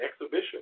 exhibition